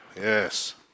Yes